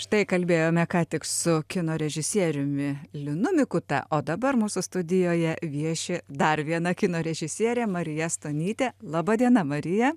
štai kalbėjome ką tik su kino režisieriumi linu mikuta o dabar mūsų studijoje vieši dar viena kino režisierė marija stonytė laba diena marija